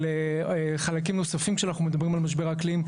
אבל חלקים נוספים שאנחנו מדברים על משבר האקלים,